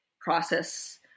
process